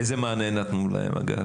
אגב, איזה מענה נתנו להם?